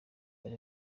dore